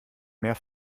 mehr